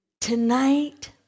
tonight